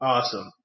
Awesome